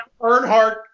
Earnhardt